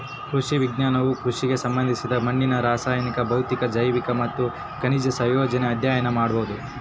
ಕೃಷಿ ವಿಜ್ಞಾನವು ಕೃಷಿಗೆ ಸಂಬಂಧಿಸಿದ ಮಣ್ಣಿನ ರಾಸಾಯನಿಕ ಭೌತಿಕ ಜೈವಿಕ ಮತ್ತು ಖನಿಜ ಸಂಯೋಜನೆ ಅಧ್ಯಯನ ಮಾಡೋದು